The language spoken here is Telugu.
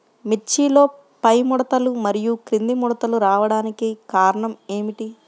మిర్చిలో పైముడతలు మరియు క్రింది ముడతలు రావడానికి కారణం ఏమిటి?